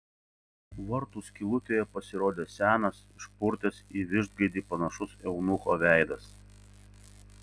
vartų skylutėje pasirodė senas išpurtęs į vištgaidį panašus eunucho veidas